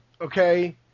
okay